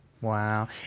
Wow